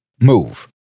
move